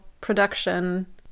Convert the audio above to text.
production